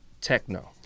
techno